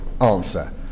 Answer